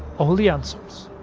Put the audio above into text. all the answers.